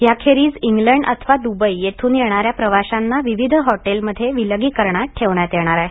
याखेरीज इंग्लंड अथवा दुबई येथून येणाऱ्या प्रवाशांना विविध हॉटेलमध्ये विलगीकरणत ठेवण्यात येणार आहे